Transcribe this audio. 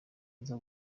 nza